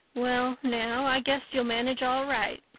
well now, i guess you'll manage all right,